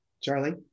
Charlie